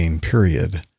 period